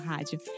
Rádio